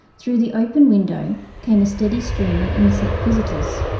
through the open window came a steady stream of insect visitors,